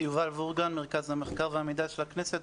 מרכז המחקר והמידע של הכנסת.